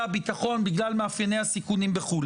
הביטחון בגלל מאפייני הסיכונים בחו"ל,